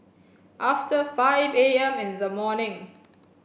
after five A M in the morning